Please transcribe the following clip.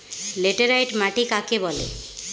Laterite মাটি কাকে বলে?